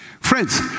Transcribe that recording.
friends